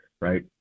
right